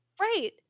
Right